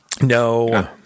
No